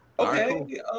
Okay